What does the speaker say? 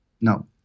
No